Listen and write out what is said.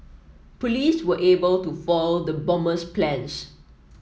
police were able to foil the bomber's plans